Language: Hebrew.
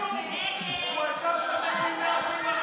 האחריות שלכם?